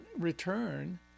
return